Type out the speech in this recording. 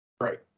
Right